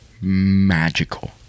magical